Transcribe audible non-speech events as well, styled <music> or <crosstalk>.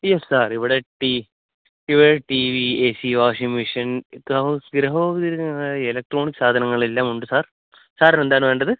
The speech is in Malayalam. അയ്യോ സാര് ഇവിടെ ടീ ഇവിടെ T V A C washing mission <unintelligible> electronic സാധനങ്ങള് എല്ലാം ഉണ്ട് സാര് സാറിന് എന്താണ് വേണ്ടത്